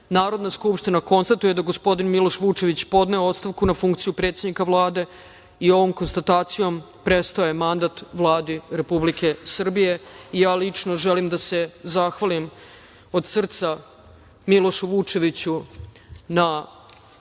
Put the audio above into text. Narodna skupština konstatuje da je gospodin Miloš Vučević podneo ostavku na funkciju predsednika Vlade. Ovom konstatacijom prestaje mandat Vladi Republike Srbije. Lično želim da se zahvalim od srca Milošu Vučeviću na